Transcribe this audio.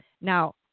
Now